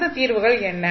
அந்த தீர்வுகள் என்ன